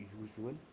usual